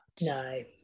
no